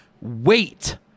wait